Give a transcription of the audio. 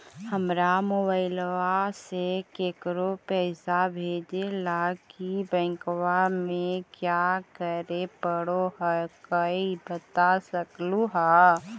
हमरा मोबाइलवा से केकरो पैसा भेजे ला की बैंकवा में क्या करे परो हकाई बता सकलुहा?